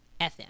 FM